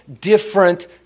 different